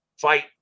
fight